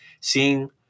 seeing